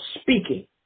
speaking